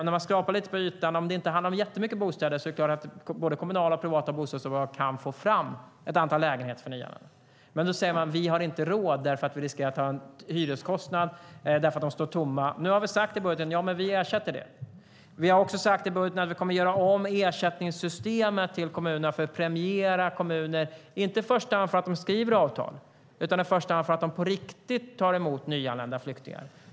När man skrapar lite på ytan, om det inte handlar om jättemycket bostäder, är det klart att både kommunala och privata bostadsbolag kan få fram ett antal lägenheter för nyanlända. Men då säger man: Vi har inte råd därför att vi riskerar att få en hyreskostnad på grund av att bostäder står tomma. Nu har vi sagt i budgeten att vi ersätter det. Vi har också sagt i budgeten att vi kommer att göra om ersättningssystemet till kommunerna för att premiera kommuner, inte i första hand för att de skriver avtal utan i första hand för att de på riktigt tar emot nyanlända flyktingar.